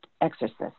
exorcist